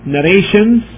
Narrations